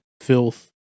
filth